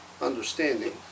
understanding